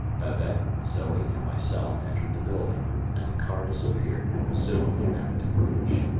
babette, zoe and myself entered the building, and the car disappeared, presumably back to bruges.